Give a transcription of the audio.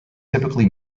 typically